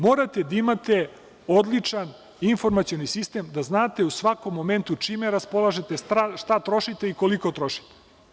Prvo, morate da imate odličan informacioni sistem i da znate u svakom momentu čime raspolažete, šta trošite i koliko trošite.